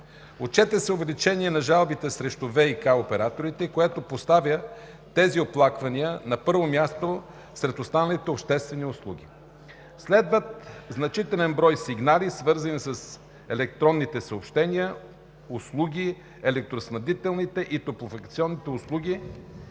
„Отчете се увеличение на жалбите срещу ВиК операторите, което поставя тези оплаквания на първо място сред останалите обществени услуги. Следват значителен брой сигнали, свързани с електронните съобщителни услуги, електроснабдителните и топлофикационните услуги.